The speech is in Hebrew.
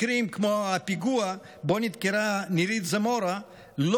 מקרים כמו הפיגוע שבו נדקרה נירית זמורה לא